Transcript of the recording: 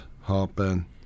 heartburn